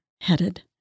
headed